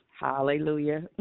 Hallelujah